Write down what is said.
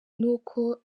n’uko